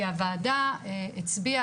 כי הוועדה הצביעה,